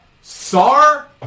Sar